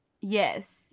yes